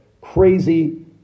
crazy